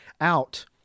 out